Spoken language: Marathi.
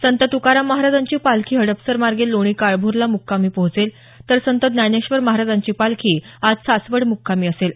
संत तुकाराम महाराजांची पालखी हडपसर मार्गे लोणी काळभोरला मुक्कामी पोहोचेल तर संत ज्ञानेश्वर महाराजांची पालखी आज सासवड मुक्कामी असेल